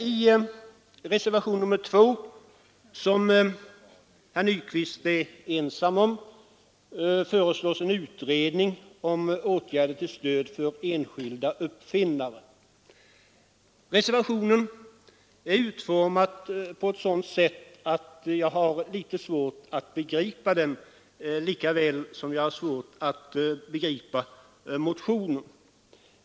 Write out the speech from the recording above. I reservationen 2, som herr Nyquist är ensam om, föreslås en utredning om åtgärder till stöd för enskilda uppfinnare. Reservationen är utformad på ett sådant sätt att jag har litet svårt att begripa den, lika väl som jag har svårt att begripa motionen.